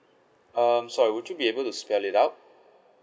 um sorry would you be able to spell it out